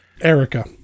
Erica